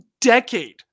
decade